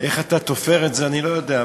איך אתה תופר את זה אני לא יודע,